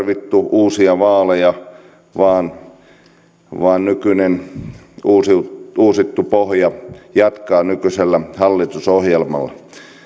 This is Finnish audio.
tarvittu uusia vaaleja vaan vaan nykyinen uusittu pohja jatkaa nykyisellä hallitusohjelmalla